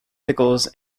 pickles